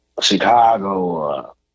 Chicago